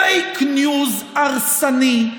פייק ניוז הרסני,